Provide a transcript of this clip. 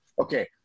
Okay